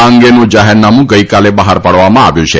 આ અંગેનું જાહેરનામું ગઇકાલે બહાર પાડવામાં આવ્યું છે